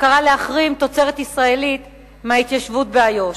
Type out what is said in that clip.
שקראה להחרים תוצרת ישראלית מההתיישבות באיו"ש.